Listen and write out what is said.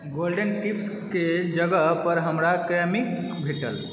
golden tips के जगहपर हमरा क्रेमिका भेटल